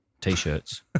T-shirts